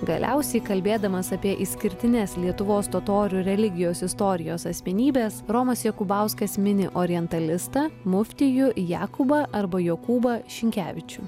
galiausiai kalbėdamas apie išskirtines lietuvos totorių religijos istorijos asmenybes romas jakubauskas mini orientalistą muftijų jakubą arba jokūbą šinkevičių